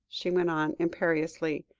she went on imperiously.